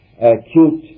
acute